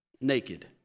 naked